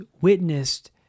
witnessed